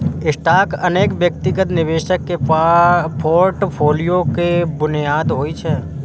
stock अनेक व्यक्तिगत निवेशक के फोर्टफोलियो के बुनियाद होइ छै